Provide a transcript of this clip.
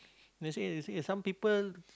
they say they say some people